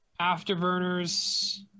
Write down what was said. afterburners